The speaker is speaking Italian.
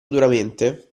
duramente